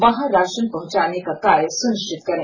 वहां राशन पहुंचाने का कार्य सुनिश्चित करें